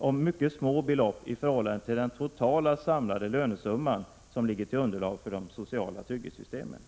om mycket små belopp, i förhållande till den totala samlade lönesumma som ligger till underlag för de sociala trygghetssystemen.